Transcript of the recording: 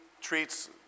treats